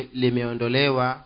limeondolewa